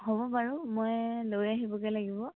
হ'ব বাৰু মই লৈ আহিবগৈ লাগিব